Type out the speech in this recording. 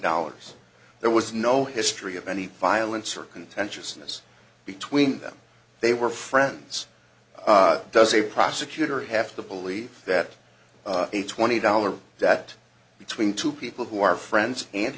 dollars there was no history of any violence or contentiousness between them they were friends does a prosecutor half the belief that a twenty dollars debt between two people who are friends and